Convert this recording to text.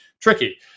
tricky